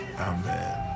Amen